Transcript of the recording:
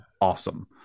Awesome